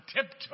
tiptoe